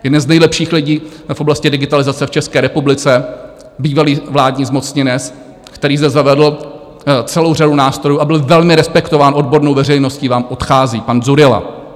Jeden z nejlepších lidí v oblasti digitalizace v České republice, bývalý vládní zmocněnec, který zde zavedl celou řadu nástrojů a byl velmi respektován odbornou veřejností, vám odchází pan Dzurilla.